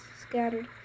scattered